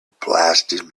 blasted